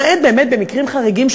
למעט באמת במקרים חריגים,